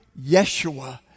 Yeshua